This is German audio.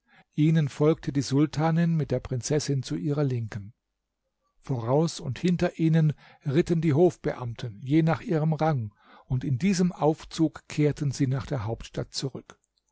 ihnen folgte die sultanin mit der prinzessin zu ihrer linken voraus und hinter ihnen ritten die hofbeamten je nach ihrem rang und in diesem aufzug kehrten sie nach der hauptstadt zurück